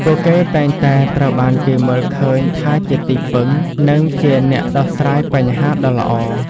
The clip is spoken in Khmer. ពួកគេតែងតែត្រូវបានគេមើលឃើញថាជាទីពឹង និងជាអ្នកដោះស្រាយបញ្ហាដ៏ល្អ។